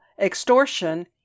extortion